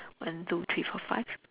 one two three four five